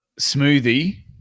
Smoothie